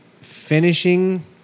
finishing